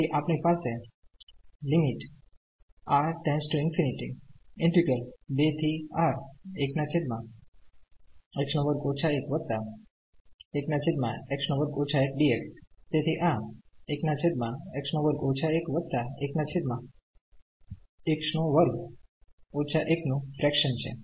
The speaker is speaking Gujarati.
તેથી આપણી પાસે તેથી આ નું ફ્રેક્શન છે